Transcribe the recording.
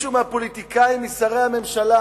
שמישהו מהפוליטיקאים, משרי הממשלה,